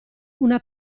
una